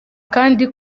kandi